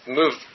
move